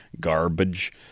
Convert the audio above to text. garbage